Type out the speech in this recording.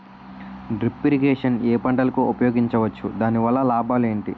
Drip irrigation ఏ పంటలకు ఉపయోగించవచ్చు? దాని వల్ల లాభాలు ఏంటి?